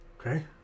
Okay